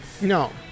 No